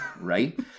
Right